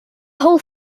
whole